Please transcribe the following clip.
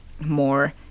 more